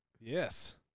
Yes